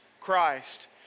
Christ